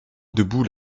debout